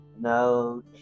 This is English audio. No